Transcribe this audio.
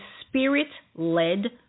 spirit-led